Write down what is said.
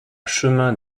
chemin